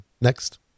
next